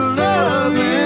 loving